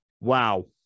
wow